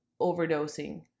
overdosing